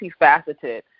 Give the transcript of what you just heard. multifaceted